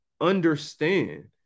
understand